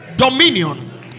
Dominion